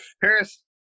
Paris